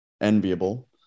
enviable